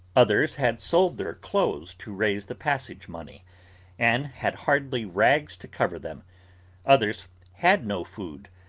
others had sold their clothes to raise the passage-money, and had hardly rags to cover them others had no food,